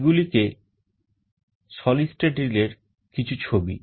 এগুলি solid state relay এর কিছু ছবি